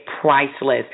priceless